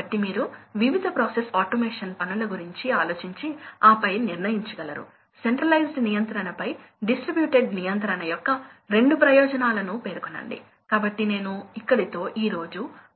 కాబట్టి మీరు ఆలోచించే కొన్ని ప్రశ్నలు ఇవి